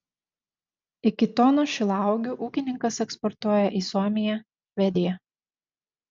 iki tonos šilauogių ūkininkas eksportuoja į suomiją švediją